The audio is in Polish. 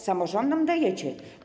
Samorządom dajecie.